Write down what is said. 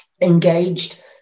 Engaged